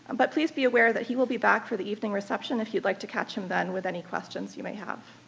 but please be aware that he will be back for the evening reception if you'd like to catch him then with any questions you may have.